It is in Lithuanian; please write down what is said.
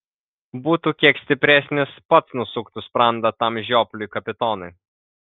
būtų kiek stipresnis pats nusuktų sprandą tam žiopliui kapitonui